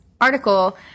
article